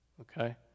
Okay